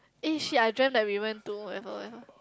eh shit I dreamt that we went to whatever whatever